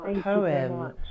poem